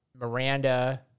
Miranda